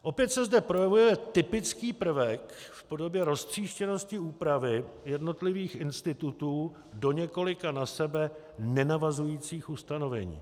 Opět se zde projevuje typický prvek v podobě roztříštěnosti úpravy jednotlivých institutů do několika na sebe nenavazujících ustanovení.